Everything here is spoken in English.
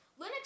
Linux